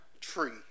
tree